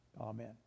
Amen